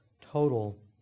total